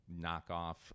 knockoff